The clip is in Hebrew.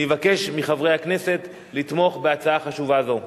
אני מבקש מחברי הכנסת לתמוך בהצעה חשובה זו.